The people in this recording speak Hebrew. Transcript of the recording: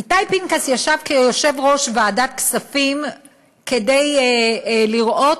איתי פנקס ישב כיושב-ראש ועדת הכספים כדי לראות